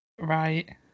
Right